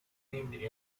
nicknamed